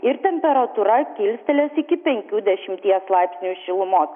ir temperatūra kilstelės iki penkių dešimties laipsnių šilumos